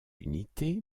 unité